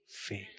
faith